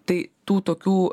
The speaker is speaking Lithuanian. tai tų tokių